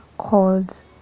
called